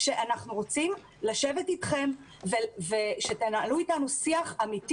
אנחנו רוצים לשבת אתכם ושתנהלו אתנו שיח אמיתי